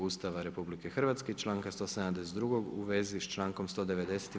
Ustava RH i članka 172. u vezi sa člankom 190.